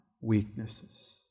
weaknesses